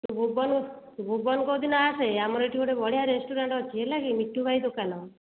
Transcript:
ଭୁବନ ଭୁବନ କେଉଁଦିନ ଆସେ ଆମର ଏଠି ଗୋଟେ ବଢ଼ିଆ ରେଷ୍ଟୁରାଣ୍ଟ ଅଛି ହେଲାକି ମିଟୁ ଭାଇ ଦୋକାନ